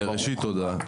תודה,